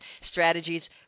strategies